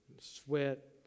sweat